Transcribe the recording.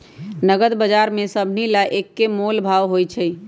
नगद बजार में सभनि ला एक्के मोलभाव होई छई